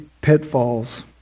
pitfalls